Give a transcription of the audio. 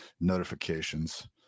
notifications